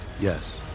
Yes